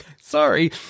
Sorry